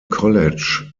college